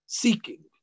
seeking